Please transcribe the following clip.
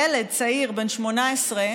ילד צעיר בן 18,